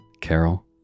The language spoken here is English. Carol